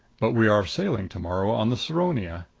but we are sailing tomorrow on the saronia.